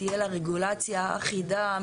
תהיה לה רגולציה אחידה,